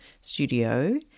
Studio